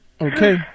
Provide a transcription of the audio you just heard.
okay